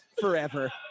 Forever